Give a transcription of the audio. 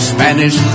Spanish